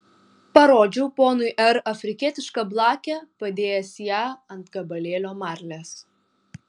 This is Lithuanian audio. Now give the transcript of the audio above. parodžiau ponui r afrikietišką blakę padėjęs ją ant gabalėlio marlės